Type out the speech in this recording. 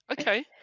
Okay